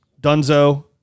Dunzo